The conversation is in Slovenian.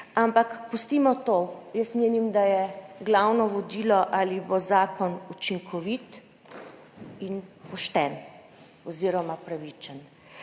Ampak pustimo to. Menim, da je glavno vodilo, ali bo zakon učinkovit in pošten oziroma pravičen.